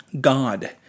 God